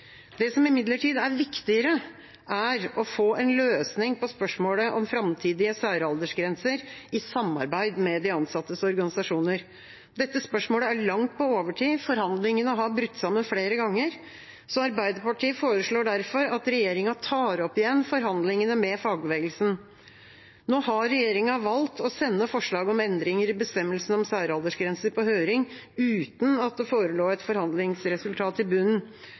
Det som imidlertid er viktigere, er å få en løsning på spørsmålet om framtidige særaldersgrenser i samarbeid med de ansattes organisasjoner. Dette spørsmålet er langt på overtid, forhandlingene har brutt sammen flere ganger. Arbeiderpartiet foreslår derfor at regjeringa tar opp igjen forhandlingene med fagbevegelsen. Nå har regjeringa valgt å sende forslag om endringer i bestemmelsene om særaldersgrenser på høring uten at det forelå et forhandlingsresultat i bunnen.